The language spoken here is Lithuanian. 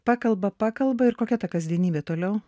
pakalba pakalba ir kokia ta kasdienybė toliau